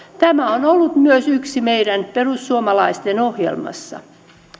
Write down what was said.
tämä on ollut myös yksi kohta meidän perussuomalaisten ohjelmassa